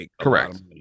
correct